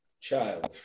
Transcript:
child